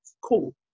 Cool